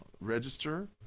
register